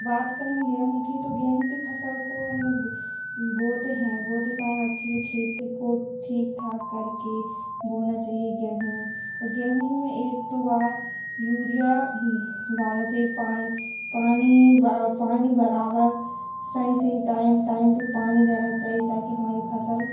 बात करें हम गेहूँ कि तो हम गेहूँ कि फ़सल को जब हम बोते हैं बोते टाइम खेती को ठीक ठाक करके बोना चाहिए गेहूँ और गेहूँ में वह एक दो बार यूरिया डालना चाहिए पान पानी ब पानी बराबर सही सही टाइम टाइम पर पानी देना चाहिए ताकि हमारी फ़सल